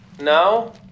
No